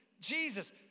Jesus